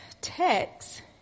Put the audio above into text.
text